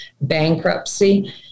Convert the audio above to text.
bankruptcy